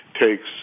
takes